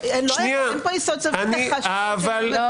--- אין פה יסוד סביר לחשש שמצדיק חקירה.